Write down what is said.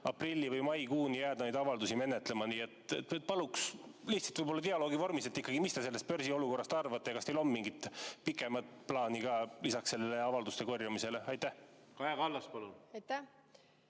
aprilli- või maikuuni jääda neid avaldusi menetlema. Nii et palun lihtsalt võib-olla dialoogi vormis, mis te sellest börsiolukorrast arvate? Kas teil on mingit pikemat plaani ka lisaks sellele avalduste korjamisele? Kaja